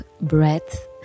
breath